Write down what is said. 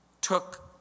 took